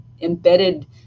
embedded